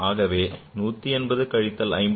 ஆகவே 180 கழித்தல் 54